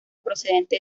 procedente